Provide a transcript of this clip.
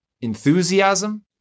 enthusiasm